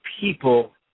people